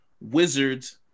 Wizards